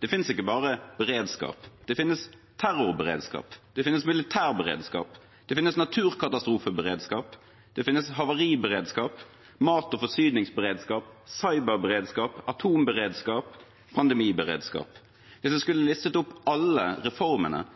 det finnes ikke bare beredskap, det finnes terrorberedskap, militærberedskap, naturkatastrofeberedskap, havariberedskap, mat- og forsyningsberedskap, cyberberedskap, atomberedskap, pandemiberedskap. Hvis jeg skulle ha listet opp alle reformene,